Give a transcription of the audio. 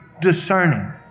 discerning